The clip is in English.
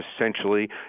essentially